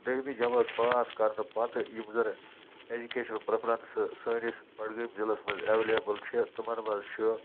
دٔہِمہِ جمٲژ پاس کَرنہٕ پَتہٕ یِم زَن ایٚجوکیشنَل پرٛٮ۪فرَنٛسہٕ سٲنِس بڈگٲمۍ ضِلعس منٛز ایٚولیبٕل چھِ تِمَن منٛز چھُ